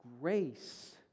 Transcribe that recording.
grace